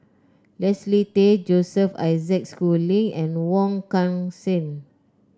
Leslie Tay Joseph Isaac Schooling and Wong Kan Seng